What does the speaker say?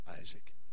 Isaac